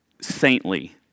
saintly